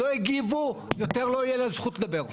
לא הגיבו, יותר לא יהיה להם זכות לדבר.